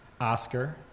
Oscar